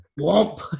Womp